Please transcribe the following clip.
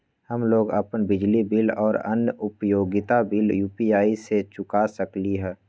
हम लोग अपन बिजली बिल और अन्य उपयोगिता बिल यू.पी.आई से चुका सकिली ह